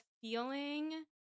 feeling